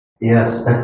Yes